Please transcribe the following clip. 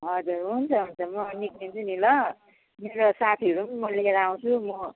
हजुर हुन्छ हुन्छ म निक्लिन्छु नि ल मेरो साथीहरू पनि म लिएर आउँछु म